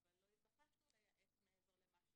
אבל לא נתבקשנו לייעץ מעבר למה שעשינו.